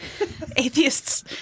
Atheists